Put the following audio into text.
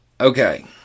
Okay